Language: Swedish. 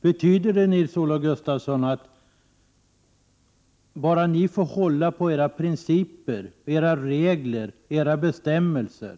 Betyder det att bara ni får hålla på era principer, era regler och era bestämmelser